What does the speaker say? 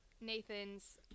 Nathan's